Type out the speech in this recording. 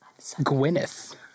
Gwyneth